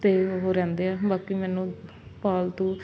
ਅਤੇ ਉਹ ਰਹਿੰਦੇ ਆ ਬਾਕੀ ਮੈਨੂੰ ਪਾਲਤੂ